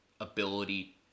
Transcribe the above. ability